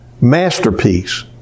masterpiece